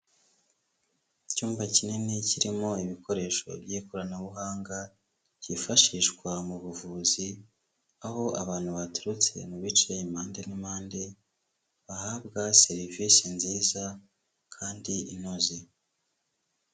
Icyumba kinini kirimo ibikoresho by'ikoranabuhanga byifashishwa mu buvuzi, aho abantu baturutse mu bicaye impande n'impande bahabwa serivisi nziza kandi inoze.